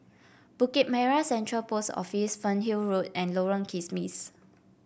Bukit Merah Central Post Office Fernhill Road and Lorong Kismis